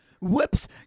Whoops